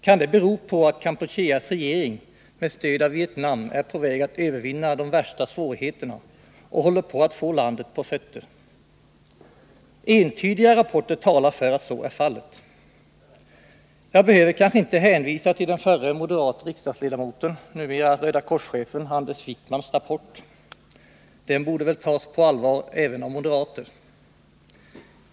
Kan det bero på att Kampucheas regering med Stöd av Vietnam är på väg att övervinna de värsta svårigheterna och håller på att få landet på fötter? Entydiga rapporter talar för att så är fallet. Jag behöver kanske inte hänvisa till den förre moderate riksdagsledamoten, numera chefen för Röda korset, Anders Wijkmans rapport. Den borde väl tas på allvar även av moderater.